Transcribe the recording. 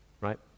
right